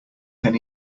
can